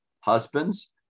Husbands